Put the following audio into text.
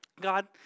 God